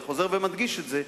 אני חוזר ומדגיש את זה,